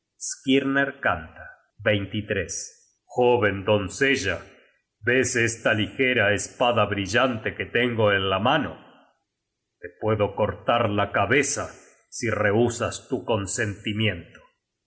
skirner canta joven doncella ves esta ligera espada brillante que tengo en la mano te puedo cortar la cabeza si rehusas tu consentimiento